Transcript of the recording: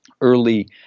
early